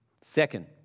Second